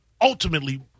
ultimately